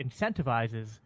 incentivizes